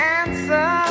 answer